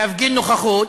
להפגין נוכחות,